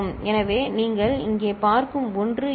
எனவே நீங்கள் இங்கே பார்க்கும் 1 இது